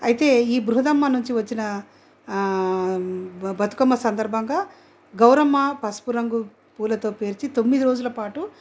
అయితే ఈ బృహదమ్మ నుంచి వచ్చిన బతుకమ్మ సందర్భంగా గౌరమ్మ పసుపు రంగు పూలతో పేర్చి తొమ్మిది రోజుల పాటు